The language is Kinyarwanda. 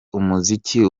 umuziki